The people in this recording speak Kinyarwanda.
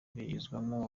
bigizwemo